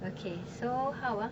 okay do how ah